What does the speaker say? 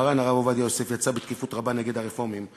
למנוע משבדיה לקלוט ניצולים יהודים.